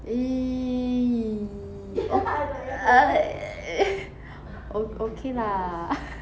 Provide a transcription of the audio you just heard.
eh o~ ah e~ o~ okay lah